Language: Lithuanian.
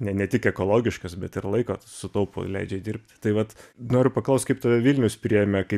ne ne tik ekologiškas bet ir laiko sutaupo ir leidžia dirbti tai vat noriu paklaust kaip tave vilnius priėmė kaip